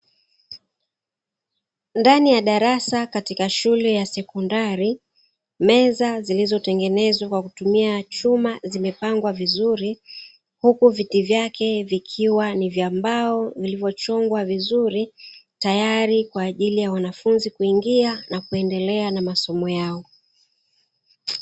Ndani ya darasa katika shule ya sekondari, meza zilizotengenezwa kwa kutumia chuma zimepangwa vizuri, huku viti vyake vikiwa ni vya mbao vilivyochongwa vizuri tayari kwa ajili ya wanafunzi kuingia na kuendelea na masomo yao.